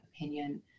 opinion